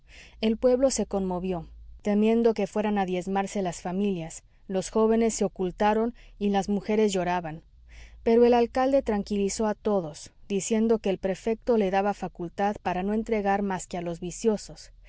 el pueblo se conmovió temiendo que fueran a diezmarse las familias los jóvenes se ocultaron y las mujeres lloraban pero el alcalde tranquilizó a todos diciendo que el prefecto le daba facultad para no entregar más que a los viciosos